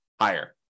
higher